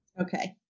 Okay